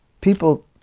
...people